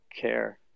care